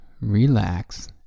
relax